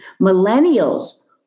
Millennials